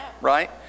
right